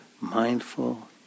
mindful